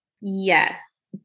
Yes